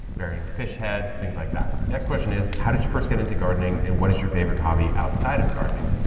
burying fish heads, things like that. next question is how did you first get into gardening and what is your favorite hobby outside of gardening?